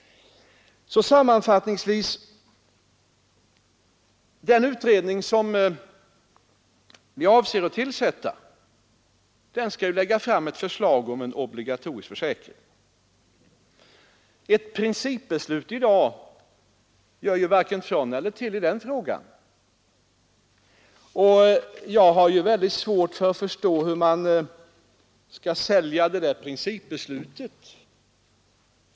Sammanfattningsvis: Den utredning som vi avser att tillsätta skall lägga fram ett förslag om en obligatorisk försäkring. Ett principbeslut i dag gör varken till eller från i den frågan. Jag har väldigt svårt att förstå hur man skall sälja det principbeslutet.